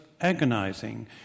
agonizing